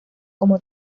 como